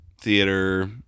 theater